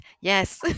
Yes